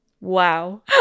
Wow